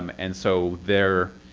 um and so their